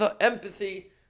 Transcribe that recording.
empathy